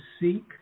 seek